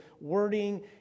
wording